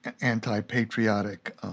anti-patriotic